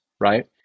right